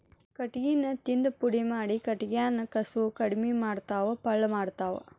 ಕಟಗಿನ ತಿಂದ ಪುಡಿ ಮಾಡಿ ಕಟಗ್ಯಾನ ಕಸುವ ಕಡಮಿ ಮಾಡತಾವ ಪಳ್ಳ ಮಾಡತಾವ